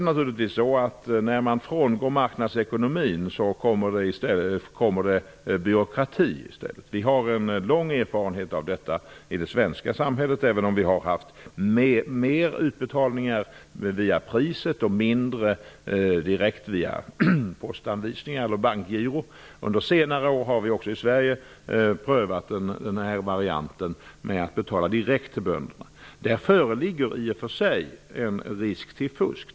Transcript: När man frångår marknadsekonomin uppstår det i stället en byråkrati. Vi har en lång erfarenhet av detta i det svenska samhället, även om det nu har skett fler utbetalningar via priset och färre direkt via postanvisningar eller bankgiron. Under senare år har vi i Sverige också prövat varianten med att betala direkt till bönderna. Det föreligger i och för sig en risk för fusk.